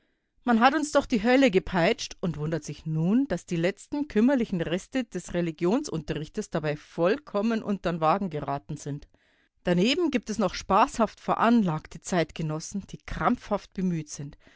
man hat uns durch die hölle gepeitscht und wundert sich nun daß die letzten kümmerlichen reste des religionsunterrichtes dabei vollkommen untern wagen geraten sind daneben gibt es noch spaßhaft veranlagte zeitgenossen die krampfhaft bemüht sind